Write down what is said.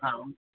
आऊं